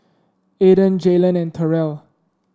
Aidyn Jaylen and Terell